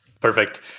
Perfect